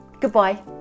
goodbye